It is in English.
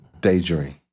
Daydream